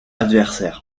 adversaire